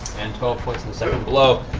and twelve points on the second blow.